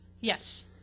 Yes